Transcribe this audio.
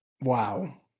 Wow